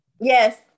Yes